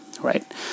right